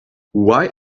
why